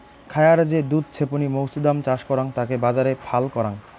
খায়ারে যে দুধ ছেপনি মৌছুদাম চাষ করাং তাকে বাজারে ফাল করাং